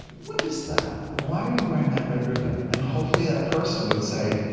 what is that? why are you wearing that red ribbon? and hopefully that person would say,